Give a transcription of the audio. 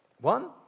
One